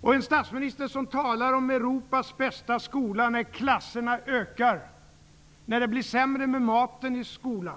Det är en statsminister som talar om Europas bästa skola, när klasserna ökar och maten i skolan blir sämre,